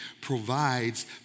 provides